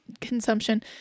consumption